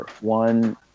one